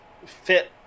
fit